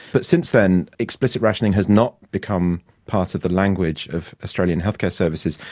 but since then explicit rationing has not become part of the language of australian healthcare services.